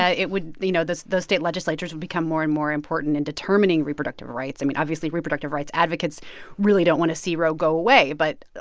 ah it would you know, those those state legislatures would become more and more important in determining reproductive rights. i mean, obviously, reproductive rights advocates really don't want to see roe go away, but,